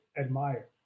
admire